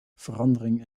verandering